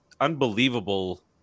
unbelievable